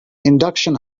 induction